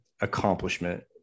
accomplishment